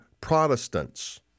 Protestants